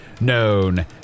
known